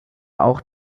auch